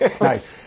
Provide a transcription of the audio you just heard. Nice